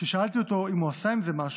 כששאלתי אותו אם הוא עשה עם זה משהו,